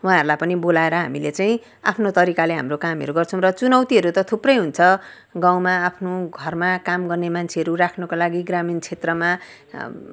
उहाँहरूलाई बोलाएर हामीले चाहिँ आफ्नो तरिकाले हाम्रो कामहरू गर्छौँ र चुनौतीहरू त थुप्रै हुन्छ गाउँमा आफ्नो घरमा काम गर्ने मान्छेहरू राख्नुको लागि ग्रामीण क्षेत्रमा